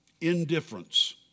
Indifference